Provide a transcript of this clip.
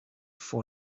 for